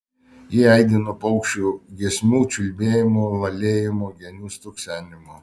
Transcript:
ji aidi nuo paukščių giesmių čiulbėjimo lalėjimo genių stuksenimo